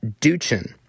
Duchin